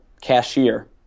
cashier